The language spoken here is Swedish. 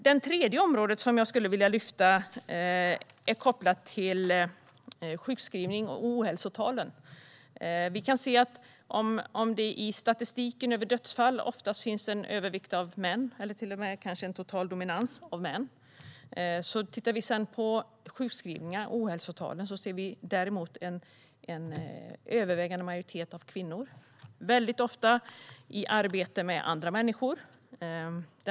Det tredje område som jag skulle vilja lyfta fram är kopplat till sjukskrivningarna och ohälsotalen. I statistiken över dödsfall finns oftast en övervikt för män eller kanske till och med en total dominans av män. Vad gäller sjukskrivningarna och ohälsotalen är däremot en majoritet kvinnor, väldigt ofta i arbete med andra människor.